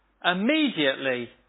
immediately